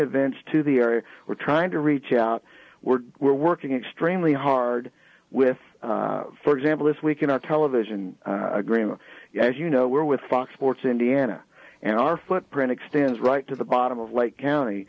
events to the area we're trying to reach out we're we're working extremely hard with for example if we can our television agreement as you know we're with fox sports indiana and our footprint extends right to the bottom of lake county